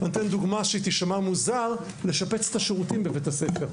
אני אתן דוגמה שהיא תישמע מוזר לשפץ את השירותים בבית-הספר.